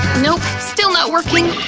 nope, still not working!